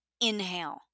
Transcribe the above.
inhale